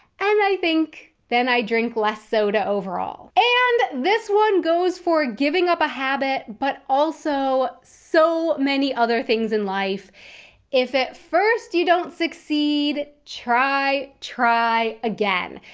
and i think then i drink less soda overall. and this one goes for giving up a habit, but also so many other things in life if at first you don't succeed, try, try again.